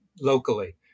locally